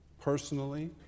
personally